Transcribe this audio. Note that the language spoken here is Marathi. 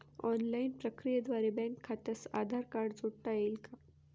ऑनलाईन प्रक्रियेद्वारे बँक खात्यास आधार कार्ड जोडता येईल का?